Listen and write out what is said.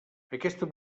aquesta